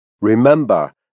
Remember